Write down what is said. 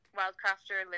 wildcrafter